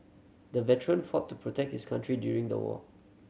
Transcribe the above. the veteran fought to protect his country during the war